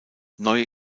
neue